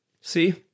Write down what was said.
See